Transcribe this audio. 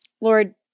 lord